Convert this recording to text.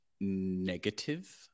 negative